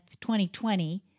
2020